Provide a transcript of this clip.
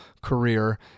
career